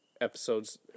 episodes